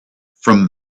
from